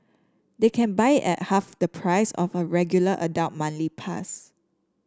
they can buy it half the price of her regular adult manly pass